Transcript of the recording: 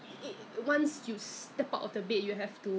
冲凉的时候又再洗多一次会 lah that's why I feel